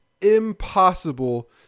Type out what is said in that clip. impossible